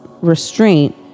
restraint